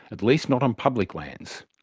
at least not on public lands.